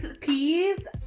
peas